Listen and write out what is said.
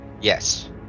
Yes